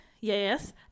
yes